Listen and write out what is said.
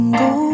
go